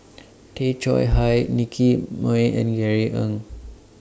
Tay Chong Hai Nicky Moey and Jerry Ng